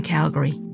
Calgary